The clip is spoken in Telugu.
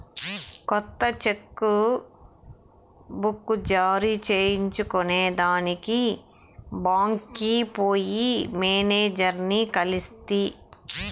కొత్త చెక్ బుక్ జారీ చేయించుకొనేదానికి బాంక్కి పోయి మేనేజర్లని కలిస్తి